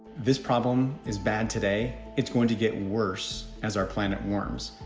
this problem is bad today. it's going to get worse as our planet warms.